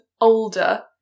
older